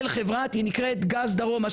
של חברת גז דרום.